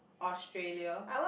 Australia